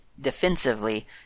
defensively